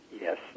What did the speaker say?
Yes